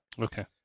okay